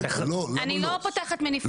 אני לא פותחת מניפסט,